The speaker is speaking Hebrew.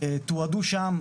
הם תועדו שם,